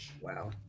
Wow